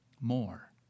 More